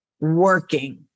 working